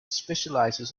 specializes